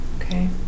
okay